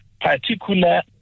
particular